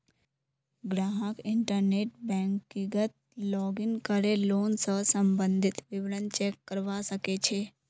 ग्राहक इंटरनेट बैंकिंगत लॉगिन करे लोन स सम्बंधित विवरण चेक करवा सके छै